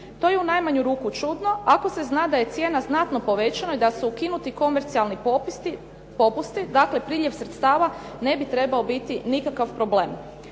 To je u najmanju ruku čudno ako se zna da je cijena znatno povećana i da su ukinuti komercijalni popusti, dakle priljev sredstava ne bi trebao biti nikakav problem.